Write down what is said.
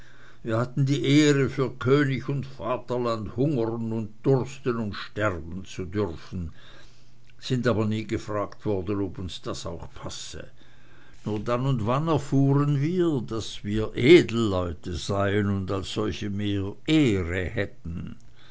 wir hatten die ehre für könig und vaterland hungern und dursten und sterben zu dürfen sind aber nie gefragt worden ob uns das auch passe nur dann und wann erfuhren wir daß wir edelleute seien und als solche mehr ehre hätten